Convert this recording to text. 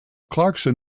clarkson